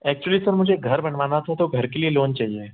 actually sir मुझे एक घर बनवाना था तो घर के लिए लोन चाहिए